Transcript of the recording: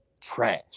Trash